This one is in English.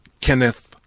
Kenneth